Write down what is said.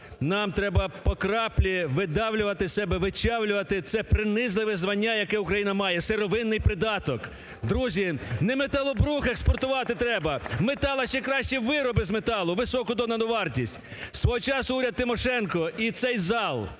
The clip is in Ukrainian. Нам треба по краплі видавлювати з себе, вичавлювати це принизливе звання, яке Україна має – сировинний придаток. Друзі, не металобрухт експортувати треба. Краще вироби з металу, високу додану вартість. Свого часу уряд Тимошенко і цей зал